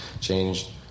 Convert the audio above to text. changed